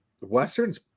Western's